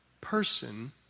person